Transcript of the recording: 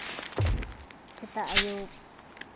ᱥᱮᱛᱟᱜ ᱟᱹᱭᱩᱵ